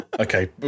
Okay